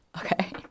Okay